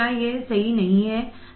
क्या यह सही नहीं है